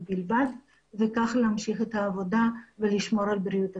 בלבד וכך להמשיך את העבודה ולשמור על בריאות הציבור.